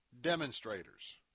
demonstrators